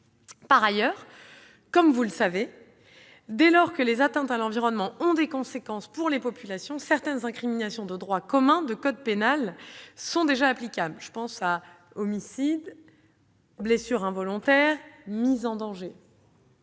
Par ailleurs, comme vous le savez, dès lors que les atteintes à l'environnement ont des conséquences pour les populations, certaines incriminations de droit commun relevant du code pénal sont déjà applicables : homicide, blessures involontaires, mise en danger.